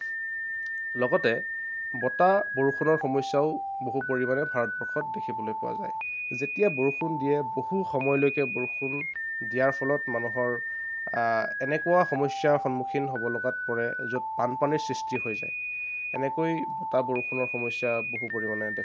লগতে বতাহ বৰষুণৰ সমস্যাও বহু পৰিমাণে ভাৰতবৰ্ষত দেখিবলৈ পোৱা যায় যেতিয়া বৰষুণ দিয়ে বহু সময়লৈকে বৰষুণ দিয়াৰ ফলত মানুহৰ এনেকুৱা সমস্যাৰ সন্মুখীন হ'ব লগাত পৰে য'ত বানপানীৰ সৃষ্টি হৈ যায় এনেকৈ বতাহ বৰষুণৰ সমস্যা বহু পৰিমাণে দেখা যায়